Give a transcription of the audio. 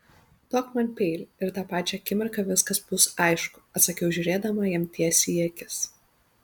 duok man peilį ir tą pačią akimirką viskas bus aišku atsakiau žiūrėdama jam tiesiai į akis